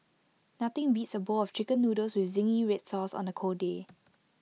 nothing beats A bowl of Chicken Noodles with Zingy Red Sauce on A cold day